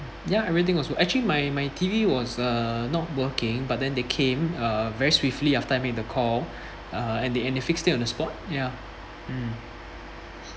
ya everything was actually my my T_V was uh not working but then they came uh very swiftly after me the call uh and they fix it on the spot ya mm